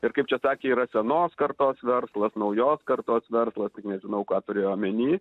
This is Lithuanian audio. ir kaip čia sakė yra senos kartos verslas naujos kartos verslas tik nežinau ką turėjo omeny